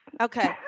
Okay